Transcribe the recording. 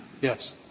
Yes